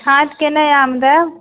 छाँटिके नहि आम देब